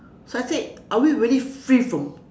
so I said are we really free from